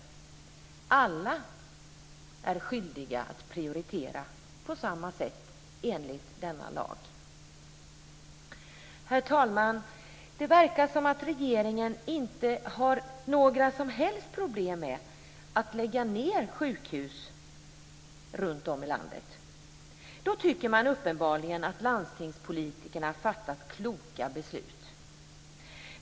Alla ska prioriteras på samma sätt enligt denna lag. Herr talman! Det verkar som att regeringen inte har några som helst problem med att lägga ned sjukhus runtom i landet. Då tycker man uppenbarligen att landstingspolitikerna har fattat kloka beslut.